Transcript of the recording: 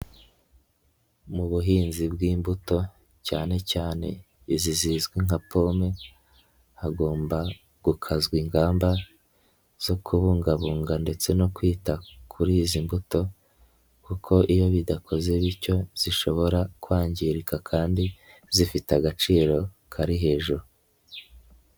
Mu buhinzi bw'imbuto cyane cyane izi zizwi nka pome hagomba gukazwa ingamba zo kubungabunga ndetse no kwita kuri izi mbuto kuko iyo bidakoze bityo zishobora kwangirika kandi zifite agaciro kari hejuru.